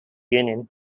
union